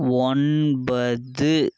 ஒன்பது